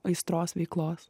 aistros veiklos